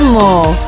more